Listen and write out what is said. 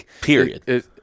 Period